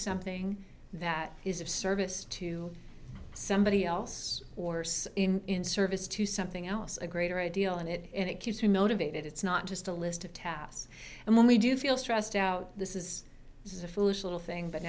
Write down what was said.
something that is of service to somebody else or so in service to something else a greater ideal in it and it keeps me motivated it's not just a list of tasks and when we do feel stressed out this is this is a foolish little thing but